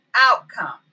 outcome